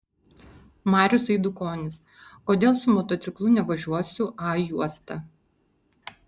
marius eidukonis kodėl su motociklu nevažiuosiu a juosta